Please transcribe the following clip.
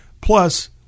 Plus